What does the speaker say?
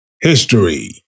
history